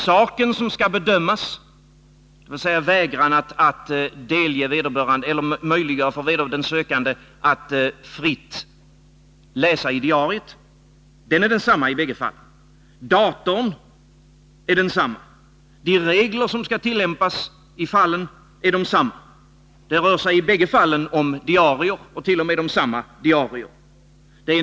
Saken som skall bedömas, dvs. vägran att möjliggöra för den sökande att fritt läsa i diariet, är densammaii båda fallen. Datorn är densamma. De regler som skall tillämpas i fallen är desamma. Det rör sig i båda fallen om diarier —t.o.m. om samma diarier.